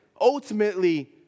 ultimately